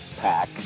pack